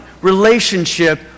relationship